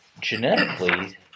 genetically